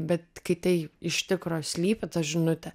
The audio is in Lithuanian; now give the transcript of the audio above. bet kai tai iš tikro slypi ta žinutė